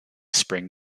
spring